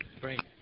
Great